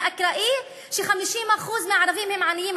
זה אקראי ש-50% מהערבים הם עניים?